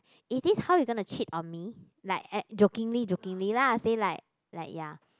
is this how you gonna cheat on me like at jokingly jokingly lah say like like ya